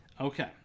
Okay